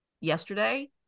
yesterday